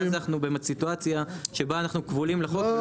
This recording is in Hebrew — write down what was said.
ואז אנו במצב שבו אנו כבולים לחוק.